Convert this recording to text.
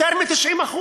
יותר מ-90%.